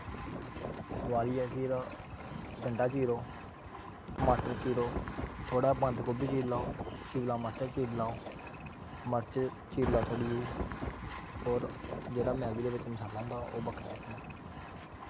बोआलियै फिर गंडा चीरो टमाटर चीरो थोह्ड़ा बंद गोबी चीरो लो शिमला मर्चां चीरी लो मर्च चीरी लैऔ होर जेह्ड़ा मैह्गी दे बिच्च मसाला होंदा ओह् बक्खरा